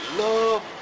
love